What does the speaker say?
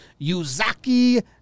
yuzaki